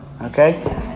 okay